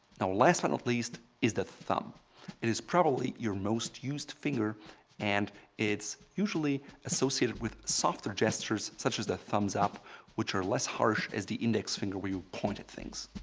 now last but not least is the thumb. it is probably your most used finger and it's usually associated with softer gestures such as the thumbs up which are less harsh as the index finger where we point at things.